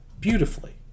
beautifully